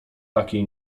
takiej